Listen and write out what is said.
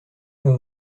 pas